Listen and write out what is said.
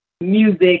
music